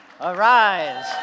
arise